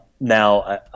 Now